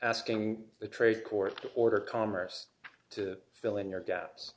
asking the trade court to order commerce to fill in your ga